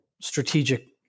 strategic